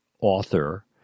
author